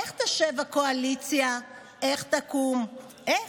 איך תשב הקואליציה, איך תקום, איך?